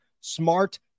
Smart